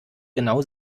genau